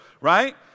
right